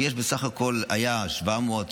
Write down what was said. כי בסך הכול היו 700,